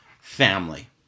family